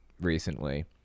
recently